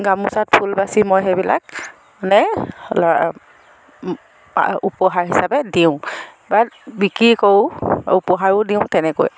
গামোচাত ফুল বাচি মই সেইবিলাক মানে উপহাৰ হিচাপে দিওঁ বা বিক্ৰী কৰোঁ উপহাৰো দিওঁ তেনেকৈ